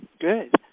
Good